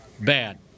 bad